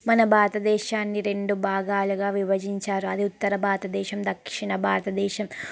మన భారతదేశాన్ని రెండు భాగాలుగా విభజించారు అవి ఉత్తర భారత దేశం దక్షిణ భారతదేశం